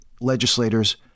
legislators